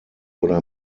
oder